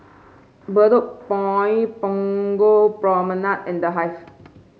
Bedok Point Punggol Promenade and The Hive